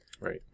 Right